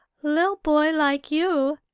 li'l boy like you!